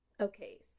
Okay